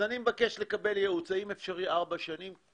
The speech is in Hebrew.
מבקש לקבל ייעוץ על אם אפשרי ארבע שנים.